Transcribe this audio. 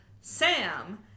Sam